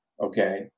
okay